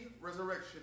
resurrection